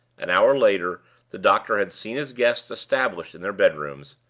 an hour later the doctor had seen his guests established in their bedrooms,